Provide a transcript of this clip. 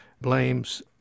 blames